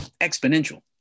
exponential